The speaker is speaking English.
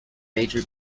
major